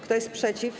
Kto jest przeciw?